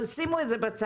אבל שימו את זה בצד.